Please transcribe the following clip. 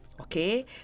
okay